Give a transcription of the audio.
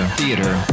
theater